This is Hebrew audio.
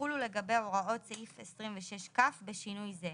יחולו לגביה הוראות סעיף 26כ, בשינוי זה: